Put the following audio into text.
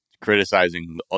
criticizing